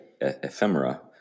ephemera